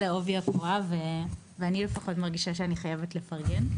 לעובי הקורה ואני לפחות מרגישה שאני חייבת לפרגן,